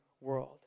world